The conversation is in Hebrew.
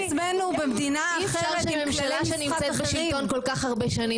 אי אפשר שממשלה שנמצאת בשלטון כ"כ הרבה שנים,